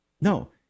No